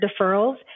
deferrals